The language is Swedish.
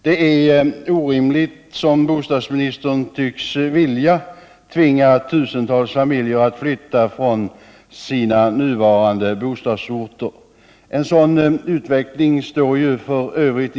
Det är orimligt att, som bostadsministern tycks vilja, tvinga tusentals familjer att Nytta från sina nuvarande bostadsorter. En sådan utveckling står f.ö.